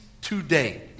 today